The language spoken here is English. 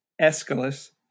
Aeschylus